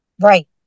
right